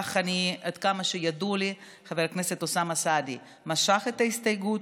אך עד כמה שידוע לי חבר הכנסת אוסאמה סעדי משך את ההסתייגות.